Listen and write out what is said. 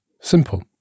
Simple